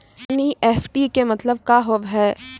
NEFT के मतलब का होव हेय?